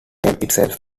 itself